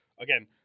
again